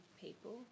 people